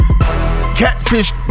catfish